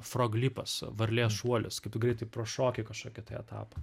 froglipas varlės šuolis kai tu greitai prašoki kažkokį tai etapą